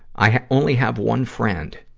i only have one friend.